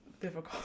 difficult